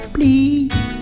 Please